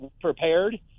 prepared